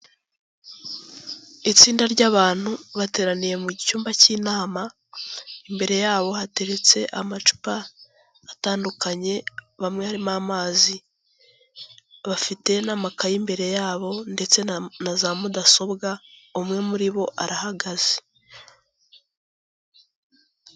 Itsinda ry'abantu bateraniye mu cyumba cy'inama imbere yabo hateretse amacupa atandukanye bamwe harimo amazi bafite n'amakaye imbere yabo ndetse na za mudasobwa umwe muri bo arahagaze.